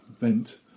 vent